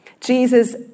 Jesus